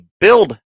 build